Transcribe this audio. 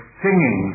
singing